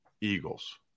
Eagles